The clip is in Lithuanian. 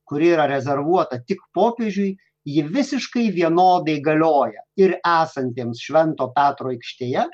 kuri yra rezervuota tik popiežiui ji visiškai vienodai galioja ir esantiems švento petro aikštėje